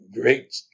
great